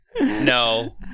no